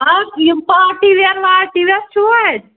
یِم پاٹی وِیَر واٹی وِیَر چھُوٕ اَتہِ